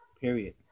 Period